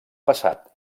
passat